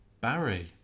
Barry